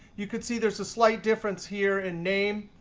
you can see there's a slight difference here in name.